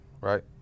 right